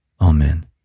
Amen